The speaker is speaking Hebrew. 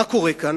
מה קורה כאן?